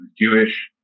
Jewish